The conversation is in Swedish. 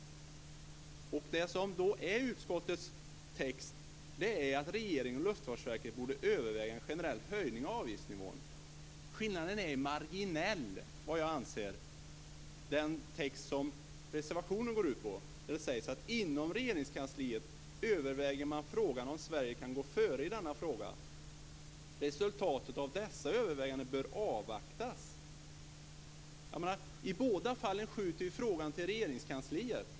Det som står i utskottets text är att regeringen och Luftfartsverket borde överväga en generell höjning av avgiftsnivån. Jag anser att skillnaden är marginell i texten i reservationen, där det sägs att inom Regeringskansliet överväger man frågan om Sverige kan gå före i denna fråga. Resultatet av dessa överväganden bör avvaktas. I båda fallen skjuts ju frågan över till Regeringskansliet.